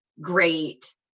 great